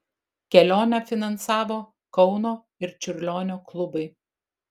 kelionę finansavo kauno ir čiurlionio klubai